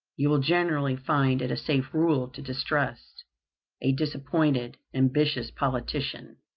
you will generally find it a safe rule to distrust a disappointed, ambitious politician.